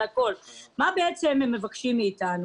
על הכול מבקש מאיתנו.